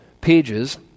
pages